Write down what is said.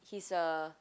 he's a